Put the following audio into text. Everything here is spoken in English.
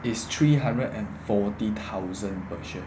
is three hundred and forty thousand per share